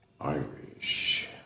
Irish